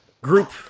group